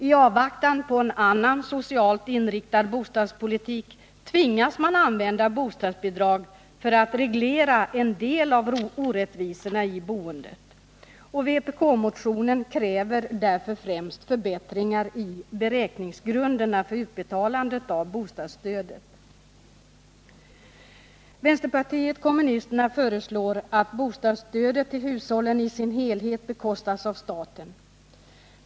I avvaktan på en annan, socialt inriktad bostadspolitik tvingas man använda bostadsbidrag för att reglera en del av orättvisorna i boendet. Vpk-motionen kräver därför främst förbättringar i beräkningsgrunderna för utbetalande av bostadsstödet. Vpk föreslår att bostadsstödet till hushållen i sin helhet bekostas av staten.